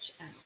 out